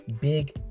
big